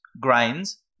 grains